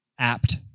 apt